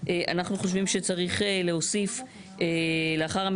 זה משהו שאנחנו חושבים שיהיה נכון להוסיף לחוק